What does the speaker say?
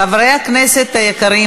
חברי הכנסת היקרים,